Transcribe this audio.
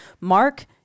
Mark